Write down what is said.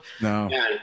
No